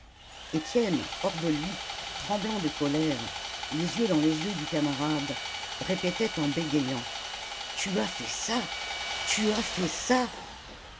étienne hors de lui tremblant de colère les yeux dans les yeux du camarade répétait en bégayant tu as fait ça tu as fait ça